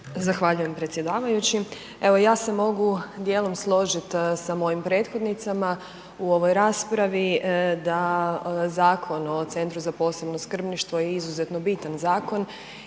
Zahvaljujem predsjedavajući. Evo ja se mogu dijelom složiti sa mojim prethodnicama u ovoj raspravi da Zakon o Centru za posebno skrbništvo je izuzetno bitan zakon